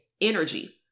energy